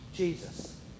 Jesus